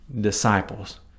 disciples